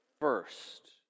first